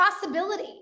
possibility